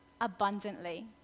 abundantly